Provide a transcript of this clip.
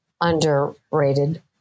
underrated